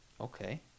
Okay